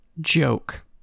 joke